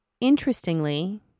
interestingly